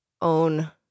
own